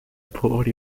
pobre